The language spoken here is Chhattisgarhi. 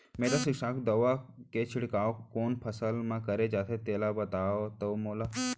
मेटासिस्टाक्स दवा के छिड़काव कोन फसल म करे जाथे तेला बताओ त मोला?